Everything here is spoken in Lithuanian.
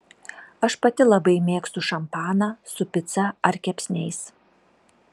aš pati labai mėgstu šampaną su pica ar kepsniais